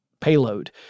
payload